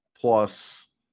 plus